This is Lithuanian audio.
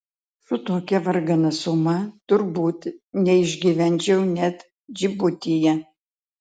su tokia vargana suma turbūt neišgyvenčiau net džibutyje